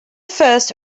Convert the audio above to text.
first